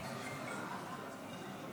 אם